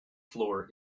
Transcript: floor